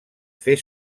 fer